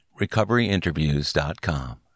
recoveryinterviews.com